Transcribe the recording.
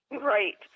Right